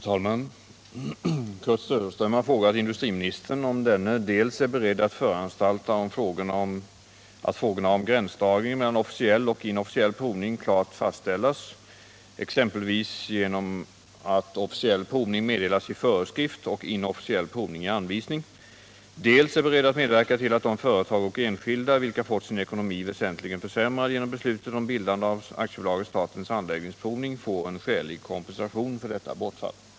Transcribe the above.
Herr talman! Kurt Söderström har frågat industriministern om denne dels är beredd att föranstalta om att frågorna om gränsdragningen mellan officiell och inofficiell provning klart fastställs, exempelvis genom att officiell provning meddelas i föreskrift och inofficiell provning i anvisning, dels är beredd att medverka till att de företag och enskilda, vilka fått sin ekonomi väsentligen försämrad genom beslutet om bildande av AB Statens Anläggningsprovning, får en skälig kompensation för detta bortfall.